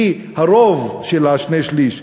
כי הרוב של השני-שלישים